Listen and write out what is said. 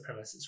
supremacist